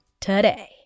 today